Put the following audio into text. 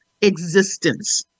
existence